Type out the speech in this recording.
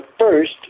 first